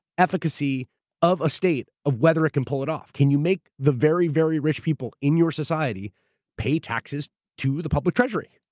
efficacy of a state of whether it can pull it off. can you make the very, very rich people in your society pay taxes to the public treasury?